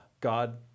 God